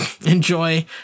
enjoy